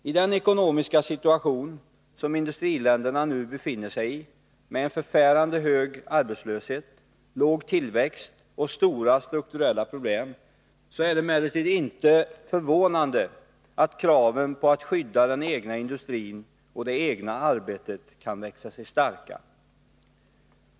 I den ekonomiska situation som industriländerna nu befinner sig i med en förfärande hög arbetslöshet, låg tillväxt och stora strukturella problem är det emellertid inte förvånande att kraven på att skydda den egna industrin och det egna arbetet kan växa sig starka.